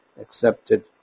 accepted